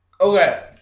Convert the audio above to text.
Okay